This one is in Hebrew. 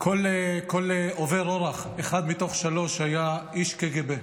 כל עובר אורח, אחד מתוך משלושה, היה איש קג"ב.